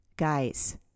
Guys